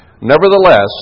Nevertheless